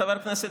חבר הכנסת